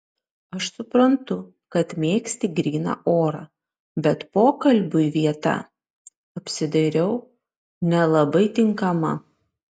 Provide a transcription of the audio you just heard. aš suprantu kad mėgsti gryną orą bet pokalbiui vieta apsidairiau nelabai tinkama